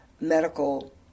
medical